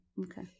Okay